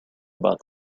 about